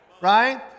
right